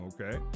Okay